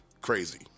crazy